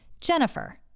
Jennifer